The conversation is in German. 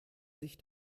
sich